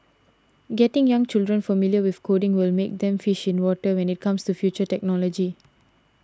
getting young children familiar with coding will make them fish in water when it comes to future technology